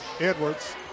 Edwards